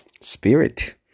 spirit